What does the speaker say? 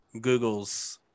google's